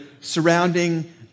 surrounding